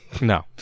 No